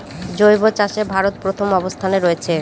জৈব চাষে ভারত প্রথম অবস্থানে রয়েছে